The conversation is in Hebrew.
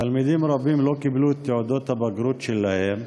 תלמידים רבים לא קיבלו את תעודות הבגרות שלהם.